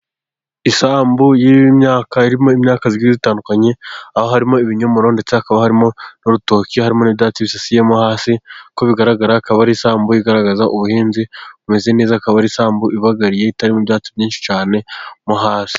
Isambu y'imyaka irimo imyaka itandukanye, aho harimo ibinyomoro, ndetse hakaba harimo n'urutoki, harimo n'ibyatsi bisasiyemo hasi, uko bigaragara akaba ari isambu igaragaza ubuhinzi bumeze neza, akaba ari isambu ibagariye, itarimo ibyatsi cyane mo hasi.